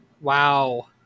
Wow